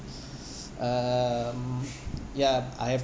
um ya I have